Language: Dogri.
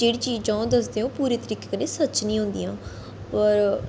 जेह्ड़ी चीजां ओह् दसदे ओह् पूरे तरीके कन्नै सच्च नी होंदियां